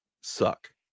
suck